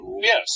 Yes